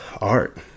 art